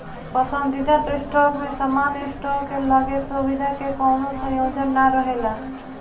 पसंदीदा स्टॉक में सामान्य स्टॉक के लगे सुविधा के कवनो संयोजन ना रहेला